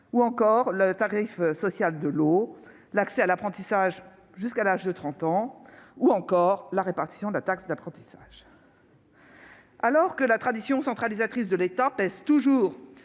la tarification sociale de l'eau, l'accès à l'apprentissage jusqu'à l'âge de 30 ans ou encore la répartition de la taxe d'apprentissage. Alors que la tradition centralisatrice de l'État pèse toujours